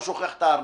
הוא שוכח את הארנק.